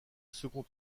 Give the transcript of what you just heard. second